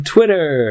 Twitter